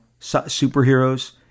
superheroes